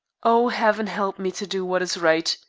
oh, heaven help me to do what is right!